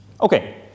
Okay